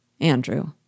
Andrew